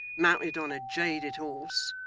mounted on a jaded horse,